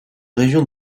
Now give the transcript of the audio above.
région